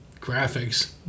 graphics